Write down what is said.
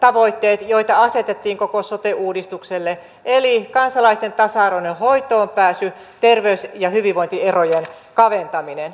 tavoitteet joita asetettiin koko sote uudistukselle eli kansalaisten tasa arvoinen hoitoonpääsy terveys ja hyvinvointierojen kaventaminen